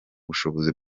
bushobozi